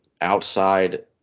outside